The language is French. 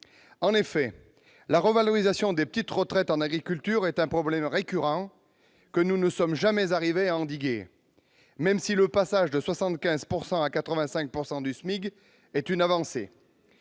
En effet, la revalorisation des petites retraites en agriculture est un problème récurrent, que nous ne sommes jamais parvenus à endiguer, même si le passage de 75 % à 85 % du SMIC est une avancée.